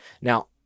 now